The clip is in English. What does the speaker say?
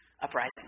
uprising